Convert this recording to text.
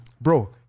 Bro